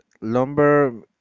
lumber